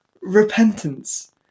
Repentance